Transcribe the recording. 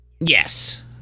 Yes